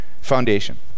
foundation